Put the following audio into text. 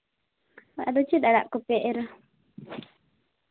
ᱟᱫᱚ ᱪᱮᱫ ᱟᱲᱟᱜ ᱠᱚᱯᱮ ᱮᱨᱻ ᱟ